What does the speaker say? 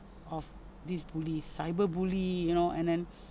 of these bully cyberbully you know and then